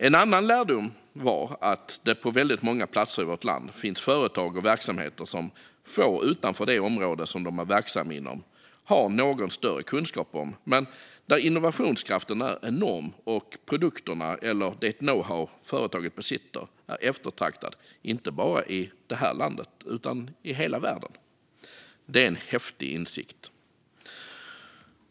En annan lärdom är att det på väldigt många platser i vårt land finns företag och verksamheter som få utanför det område de är verksamma inom har någon större kunskap om, men ändå är innovationskraften där enorm, och deras produkter eller det know-how de besitter är eftertraktade inte bara i hela landet utan i hela världen. Det är en häftig insikt.